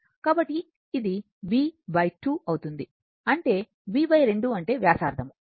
కాబట్టి ఇది b2 అవుతుంది అంటే b2 అంటే వ్యాసార్థం సరియైనది